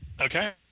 Okay